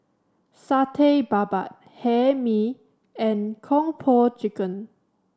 Satay Babat Hae Mee and Kung Po Chicken